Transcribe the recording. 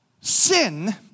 sin